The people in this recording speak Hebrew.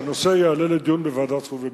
אני מציע שהנושא יעלה לדיון בוועדת החוץ והביטחון.